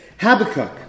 Habakkuk